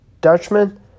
Dutchman